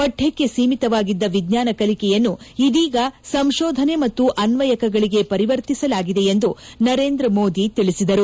ಪಠ್ಲಕ್ಷೆ ಸೀಮಿತವಾಗಿದ್ದ ವಿಜ್ಞಾನ ಕಲಿಕೆಯನ್ನು ಇದೀಗ ಸಂಶೋಧನೆ ಮತ್ತು ಅನ್ವಯಕಗಳಗೆ ಪರಿವರ್ತಿಸಲಾಗಿದೆ ಎಂದು ನರೇಂದ್ರ ಮೋದಿ ತಿಳಿಸಿದರು